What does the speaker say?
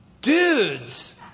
dudes